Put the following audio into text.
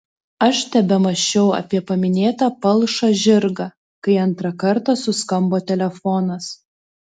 aš tebemąsčiau apie paminėtą palšą žirgą kai antrą kartą suskambo telefonas